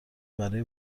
برای